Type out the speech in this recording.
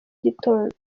gitondo